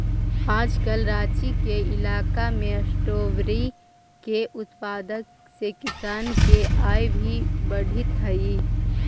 आजकल राँची के इलाका में स्ट्राबेरी के उत्पादन से किसान के आय भी बढ़ित हइ